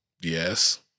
Yes